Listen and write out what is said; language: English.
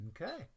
Okay